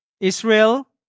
Israel